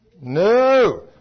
No